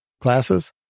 Classes